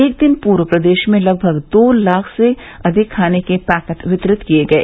एक दिन पूर्व प्रदेश में लगभग दो लाख से अधिक खाने के पैकेट वितरित किये गये